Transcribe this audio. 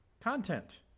Content